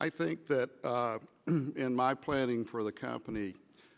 i think that in my planning for the company